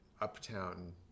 uptown